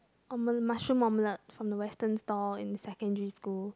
ome~ mushroom omelette from the western stall in secondary school